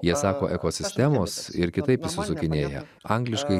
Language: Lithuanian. jie sako ekosistemos ir kitaip išsisukinėja angliškai